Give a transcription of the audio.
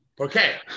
okay